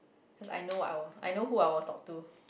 cause I know who I would talk to